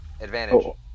Advantage